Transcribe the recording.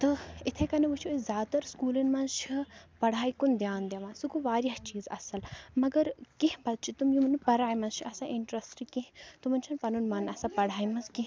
تہٕ یِتھَے کَنۍ وُچھو أسۍ زیادٕ تَر سُکوٗلَن منٛز چھِ پَڑھاے کُن دھیان دِوان سُہ گوٚو وارِیاہ چیٖز اصٕل مگر کیٚنٛہہ بَچہِ چھِ تِم یِم نہٕ پَراے منٛز چھِ آسان اِنٹرٛسٹہٕ کیٚنٛہہ تِمَن چھِنہٕ پَنُن مَن آسان پَڑھایہِ منٛز کیٚنٛہہ